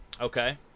Okay